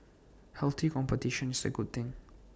healthy competition is A good thing